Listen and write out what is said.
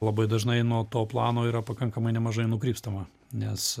labai dažnai nuo to plano yra pakankamai nemažai nukrypstama nes